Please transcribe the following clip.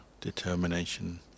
determination